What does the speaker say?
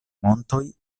montoj